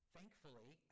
Thankfully